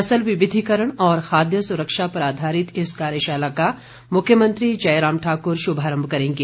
फसल विविधीकरण और खाद्य सुरक्षा पर आधारित इस कार्यशाला का मुख्यमंत्री जय राम ठाकुर शुभारंभ करेंगे